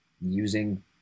using